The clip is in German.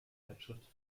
zeitschrift